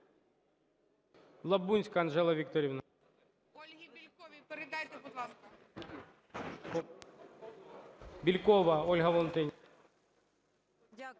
Дякую